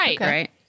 Right